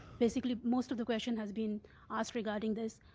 basically most of the question has been as regarding this.